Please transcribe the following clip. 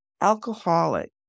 alcoholic